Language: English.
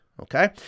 okay